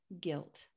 guilt